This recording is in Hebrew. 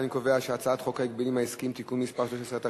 אני קובע שהצעת חוק ההגבלים העסקיים (תיקון מס' 13),